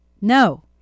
no